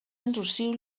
enrossiu